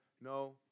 No